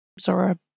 Zora